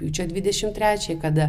jų čia dvidešimt trečiąją kada